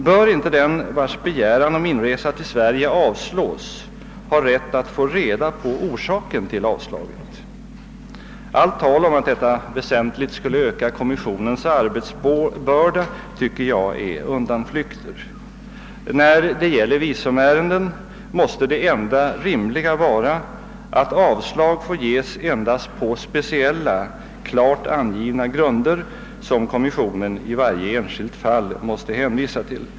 Bör inte den vars begäran om inresa till Sverige avslås ha rätt att få reda på orsaken till avslaget? Allt tal om att detta väsentligt skulle öka kommissionens arbetsbörda tycker jag är undanflykter. När det gäller visumärenden måste det enda rimliga vara, att avslag får ges endast på speciella, klart angivna grunder, som kommis sionen i varje enskilt fall måste hänvisa till.